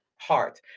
heart